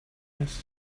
this